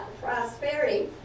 prosperity